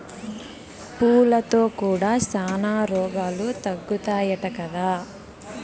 పూలతో కూడా శానా రోగాలు తగ్గుతాయట కదా